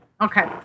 Okay